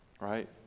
right